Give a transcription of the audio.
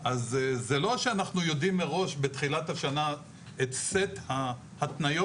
זה לא שאנחנו יודעים מראש בתחילת השנה את סט ההתניות